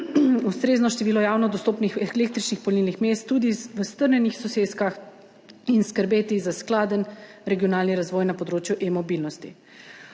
ustrezno število javno dostopnih električnih polnilnih mest tudi v strnjenih soseskah in skrbeti za skladen regionalni razvoj na področju e-mobilnosti.